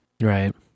right